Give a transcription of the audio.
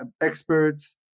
experts